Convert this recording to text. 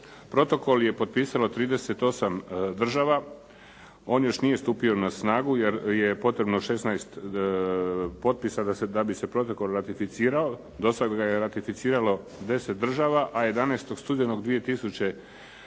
Protokol je potpisalo 38 država. On još nije stupio na snagu, jer je potrebno 16 potpisa da bi se protokol ratificirao. Do sada ga je ratificiralo 10 država, a 11. studenog 2008.